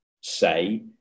say